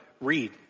read